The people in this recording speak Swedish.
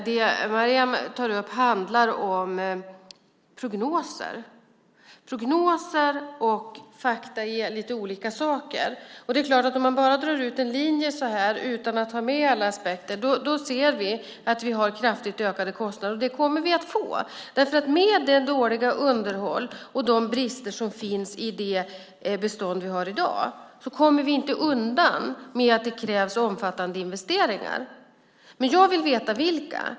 Det Maryam tar upp handlar om prognoser. Prognoser och fakta är lite olika saker. Om man bara drar ut en linje utan att ha med alla aspekter är det klart att vi ser att vi har kraftigt ökade kostnader. Det kommer vi att få därför att med det dåliga underhåll och de brister som finns i det bestånd vi har i dag kommer vi inte undan att det krävs omfattande investeringar. Men jag vill veta vilka.